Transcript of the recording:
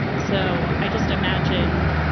so i just imagine,